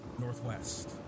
northwest